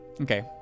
Okay